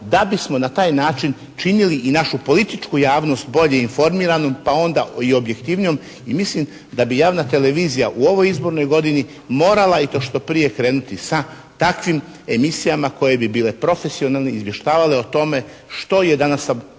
da bismo na taj način činili i našu političku javnost bolje informiranom pa onda i objektivnijom i mislim da bi javna televizija u ovoj izbornoj godini morala i to što prije krenuti sa takvim emisijama koje bi bile profesionalne i izvještavale o tome što je danas, a